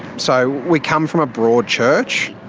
so we come from a broad church.